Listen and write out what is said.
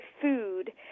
food